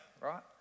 right